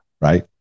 right